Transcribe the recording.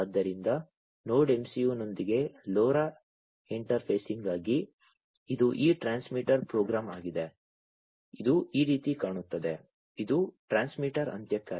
ಆದ್ದರಿಂದ node MCU ನೊಂದಿಗೆ LoRa ಇಂಟರ್ಫೇಸಿಂಗ್ಗಾಗಿ ಇದು ಈ ಟ್ರಾನ್ಸ್ಮಿಟರ್ ಪ್ರೋಗ್ರಾಂ ಆಗಿದೆ ಇದು ಈ ರೀತಿ ಕಾಣುತ್ತದೆ ಇದು ಟ್ರಾನ್ಸ್ಮಿಟರ್ ಅಂತ್ಯಕ್ಕಾಗಿ